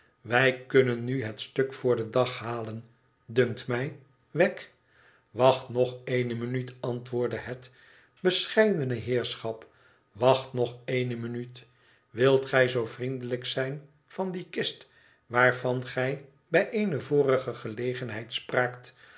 wij kunnen nu het stuk voor den dag halen dunkt mij wegg wacht nog eene minuut antwoordde het bescheidene heerschap wacht nog eene minuut wilt gij zoo vriendelijk zijn van die kist waarvan gij bij eene vorige gelegenheid spraakt